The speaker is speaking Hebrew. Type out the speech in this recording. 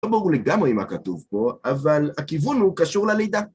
לא ברור לגמרי מה כתוב פה, אבל הכיוון הוא קשור ללידה.